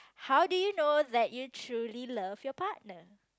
how do you know that you truly love your partner